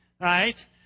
right